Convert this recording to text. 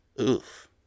Oof